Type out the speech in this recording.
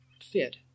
fit